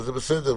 וזה בסדר.